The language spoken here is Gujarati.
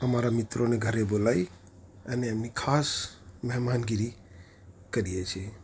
અમારા મિત્રોને ઘરે બોલાવી અને એમની ખાસ મહેમાનગીરી કરીએ છીએ